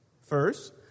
First